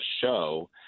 show